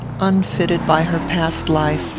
unfitted, by her past life,